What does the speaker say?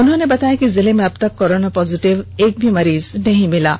उन्होंने बताया कि जिले में अब तक कोरोना पोजिटिव का एक भी मरीज नहीं मिला है